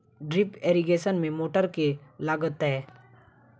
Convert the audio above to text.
Drip irrigation मे motor केँ लागतै?